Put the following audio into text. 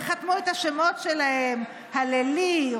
וחתמו את השמות שלהם: הללי,